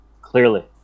Clearly